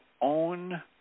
own